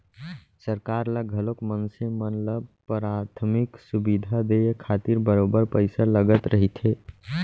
सरकार ल घलोक मनसे मन ल पराथमिक सुबिधा देय खातिर बरोबर पइसा लगत रहिथे